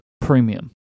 premium